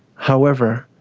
however,